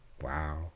Wow